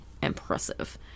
impressive